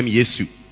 Jesus